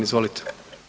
Izvolite.